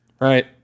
Right